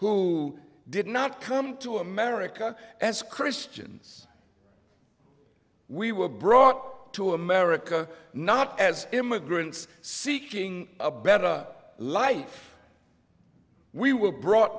who did not come to america as christians we were brought to america not as immigrants seeking a better life we were brought